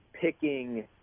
picking